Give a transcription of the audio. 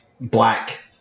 black